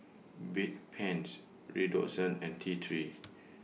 Bedpans Redoxon and T three